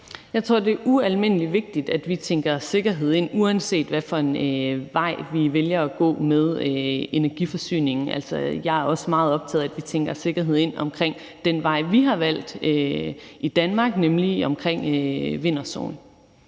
Jeg tror, det er ualmindelig vigtigt, at vi tænker sikkerhed ind, uanset hvad for en vej vi vælger at gå med energiforsyningen. Altså, jeg er også meget optaget af, at vi tænker sikkerhed ind omkring den vej, vi har valgt i Danmark, nemlig vind-